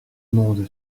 mondes